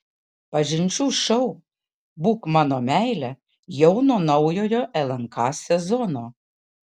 pažinčių šou būk mano meile jau nuo naujojo lnk sezono